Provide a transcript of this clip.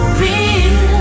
real